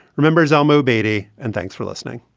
remembers alma obeidy. and thanks for listening